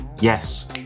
Yes